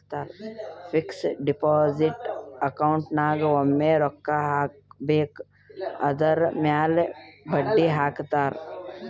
fixed deposit account ನಾಗ್ ಒಮ್ಮೆ ರೊಕ್ಕಾ ಹಾಕಬೇಕ್ ಅದುರ್ ಮ್ಯಾಲ ಬಡ್ಡಿ ಹಾಕ್ತಾರ್